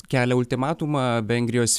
kelia ultimatumą vengrijos